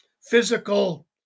physical